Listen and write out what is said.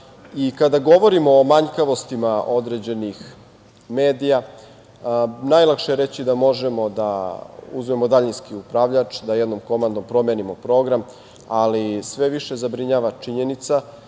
govorimo o manjkavostima određenih medija, najlakše je reći da možemo da uzmemo daljinski upravljač i da jednom komandom promenimo program, ali sve više zabrinjava činjenica